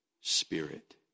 spirit